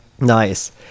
nice